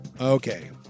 okay